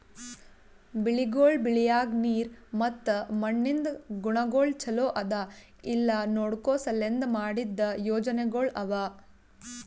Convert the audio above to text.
ಬೆಳಿಗೊಳ್ ಬೆಳಿಯಾಗ್ ನೀರ್ ಮತ್ತ ಮಣ್ಣಿಂದ್ ಗುಣಗೊಳ್ ಛಲೋ ಅದಾ ಇಲ್ಲಾ ನೋಡ್ಕೋ ಸಲೆಂದ್ ಮಾಡಿದ್ದ ಯೋಜನೆಗೊಳ್ ಅವಾ